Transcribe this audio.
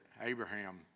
Abraham